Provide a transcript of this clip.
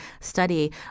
study